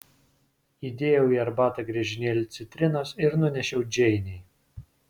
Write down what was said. įdėjau į arbatą griežinėlį citrinos ir nunešiau džeinei